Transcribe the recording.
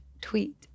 tweet